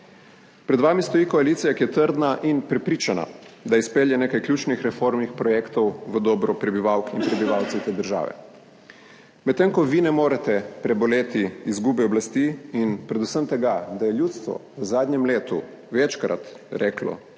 Pred vami stoji koalicija, ki je trdna in prepričana, da izpelje nekaj ključnih reformnih projektov v dobro prebivalk in prebivalcev te države. Medtem ko vi ne morete preboleti izgube oblasti in predvsem tega, da je ljudstvo v zadnjem letu večkrat reklo